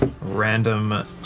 random